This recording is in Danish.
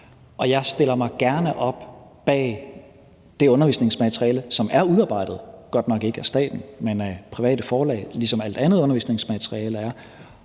jeg stiller mig gerne bag det undervisningsmateriale, som er udarbejdet – det er godt nok ikke af staten, men af private forlag, ligesom alt andet undervisningsmateriale er